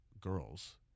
girls